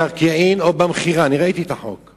במקרקעין או במכירה, אני ראיתי את החוק.